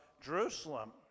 Jerusalem